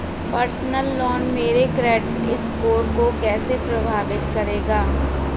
Personal loan मेरे credit score को कैसे प्रभावित करेगा?